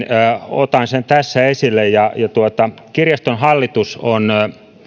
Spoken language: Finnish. otan tässä esille sen että kirjaston hallitus on